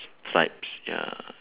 stripes ya